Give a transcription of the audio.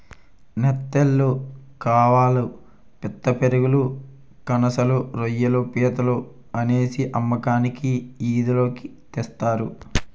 నెత్తళ్లు కవాళ్ళు పిత్తపరిగెలు కనసలు రోయ్యిలు పీతలు అనేసి అమ్మకానికి ఈది లోకి తెస్తారు